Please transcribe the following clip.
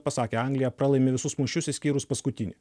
pasakė anglija pralaimi visus mūšius išskyrus paskutinį